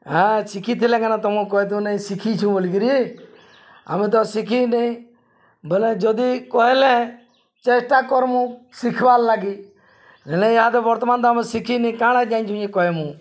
ହଁ ଶିଖିଥିଲେ କଣା ତମଁ କହ ତୁ ନାଇଁ ଶିଖିଛୁଁ ବୋଲିକିରି ଆମେ ତ ଶିଖିିନି ବୋଇଲେ ଯଦି କହିଲେ ଚେଷ୍ଟା କରମୁ ଶିଖିବାର୍ ଲାଗି ନ ନାଇଁ ତ ବର୍ତ୍ତମାନ ତ ଆମେ ଶିଖିନି କାଣା ଯାଇଁଛୁଁ ଯେ କହମୁଁ